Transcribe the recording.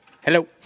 Hello